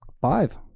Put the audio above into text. five